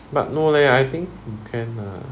but no leh I think should be can ah